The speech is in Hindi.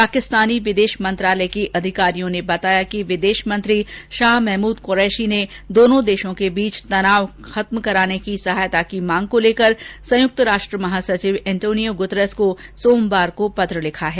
पाकिस्तानी विदेश मंत्रालय के अधिकारियों ने बताया कि विदेश मंत्री शाह महमूद कुरैशी ने दोनों देशों के बीच तनाव की खत्म कराने की सहायता की मांग को लेकर संयुक्त राष्ट्र महासचिव एंटोनिया गुटेरस को सोमवार को पत्र लिखा है